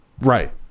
right